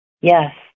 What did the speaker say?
Yes